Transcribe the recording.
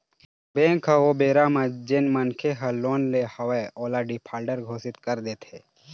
bank ह ओ बेरा म जेन मनखे ह लोन ले हवय ओला डिफाल्टर घोसित कर देथे